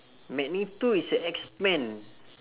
magneto is a x men